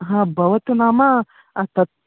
हा भवतु नाम तत्